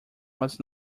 was